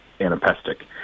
anapestic